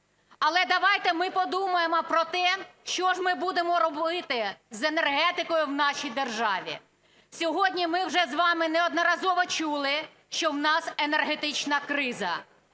Але давайте ми подумаємо про те, що ж ми будемо робити з енергетикою в нашій державі. Сьогодні ми вже з вами неодноразово чули, що в нас енергетична криза.